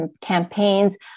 campaigns